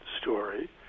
story